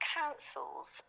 councils